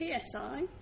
PSI